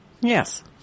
Yes